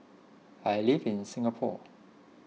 I live in Singapore